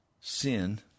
sin